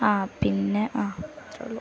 ആ പിന്നെ ആ അത്രയേ ഉള്ളു